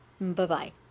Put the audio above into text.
Bye-bye